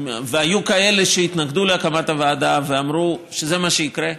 והיו כאלה שהתנגדו להקמת הוועדה ואמרו שזה מה שיקרה,